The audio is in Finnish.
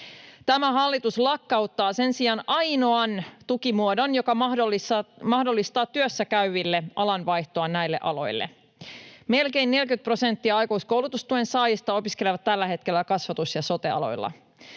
Tämä hallitus sen sijaan lakkauttaa ainoan tukimuodon, joka mahdollistaa työssäkäyville alanvaihdon näille aloille. Melkein 40 prosenttia aikuiskoulutustuen saajista opiskelee tällä hetkellä kasvatus- ja sote-aloilla.